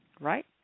Right